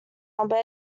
number